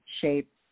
shape